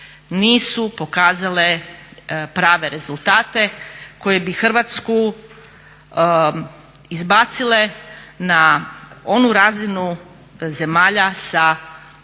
nisu pokazale prave rezultate koje bi Hrvatsku izbacile na onu razinu zemalja sa malim